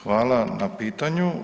Hvala na pitanju.